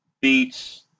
beats